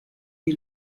die